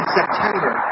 September